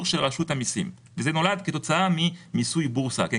הוא הולך להחמיר עם כאלה